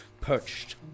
perched